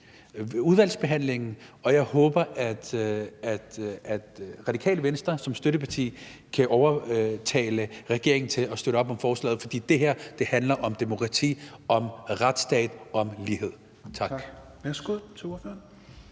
udvalgsbehandlingen, og jeg håber, at Radikale Venstre som støtteparti kan overtale regeringen til at støtte op om forslaget, fordi det her handler om demokrati, om retsstat, om lighed. Tak.